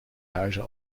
huizen